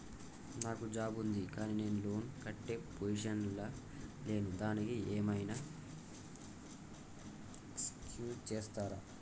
నాకు జాబ్ ఉంది కానీ నేను లోన్ కట్టే పొజిషన్ లా లేను దానికి ఏం ఐనా ఎక్స్క్యూజ్ చేస్తరా?